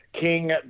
King